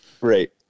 Right